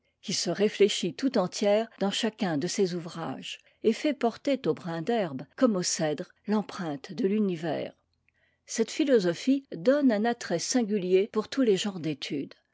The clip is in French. qui se réfléchit tout entière dans chacun de ses ouvrages et fait porter au brin d'herbe comme au cèdre l'empreinte de l'univers cette philosophie donne un attrait singulier pour tous les genres d'étude